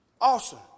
Awesome